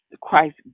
Christ